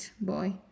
boy